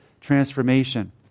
transformation